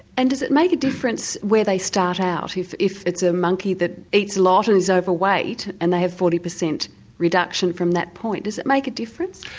and does it make a difference where they start out, if if it's a monkey that eats a lot and is overweight and they have forty percent reduction from that point, does it make a difference?